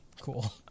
Cool